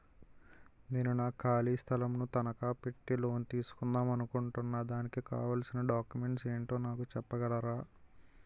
నేను నా ఖాళీ స్థలం ను తనకా పెట్టి లోన్ తీసుకుందాం అనుకుంటున్నా దానికి కావాల్సిన డాక్యుమెంట్స్ ఏంటో నాకు చెప్పగలరా?